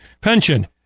pension